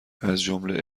ازجمله